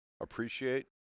appreciate